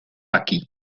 aquí